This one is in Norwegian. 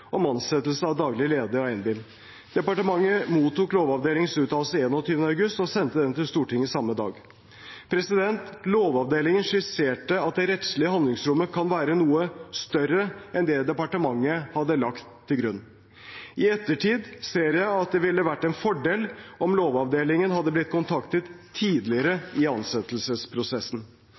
om ansettelse av daglig leder av NBIM. Departementet mottok Lovavdelingens uttalelse 21. august og sendte den til Stortinget samme dag. Lovavdelingen skisserte at det rettslige handlingsrommet kunne være noe større enn det departementet hadde lagt til grunn. I ettertid ser jeg at det ville vært en fordel om Lovavdelingen hadde blitt kontaktet tidligere i ansettelsesprosessen,